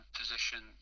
position